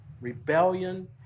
rebellion